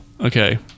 Okay